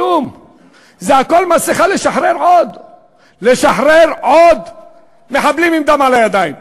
היא נמצאת בליבת מעבדי המחשבים ותעשיית ההיי-טק